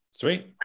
three